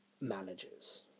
managers